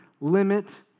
limit